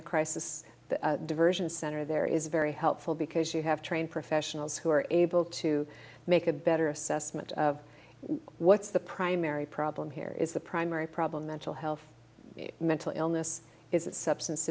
the crisis the diversion center there is very helpful because you have trained professionals who are able to make a better assessment of what's the primary problem here is the primary problem mental health mental illness is it substance